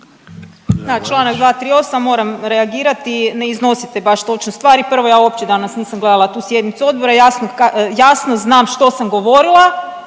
čl. 238., moram reagirati, ne iznosite baš točno stvari, prvo ja uopće danas nisam gledala tu sjednicu odbora, jasno znam što sam govorila,